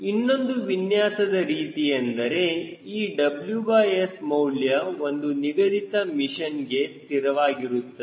ಇನ್ನೊಂದು ವಿನ್ಯಾಸದ ರೀತಿ ಎಂದರೇ ಈ WS ಮೌಲ್ಯ ಒಂದು ನಿಗದಿತ ಮಿಷನ್ಗೆ ಸ್ಥಿರವಾಗಿರುತ್ತದೆ